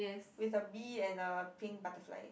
with a bee and a pink butterfly